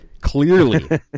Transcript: clearly